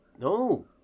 No